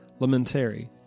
lamentary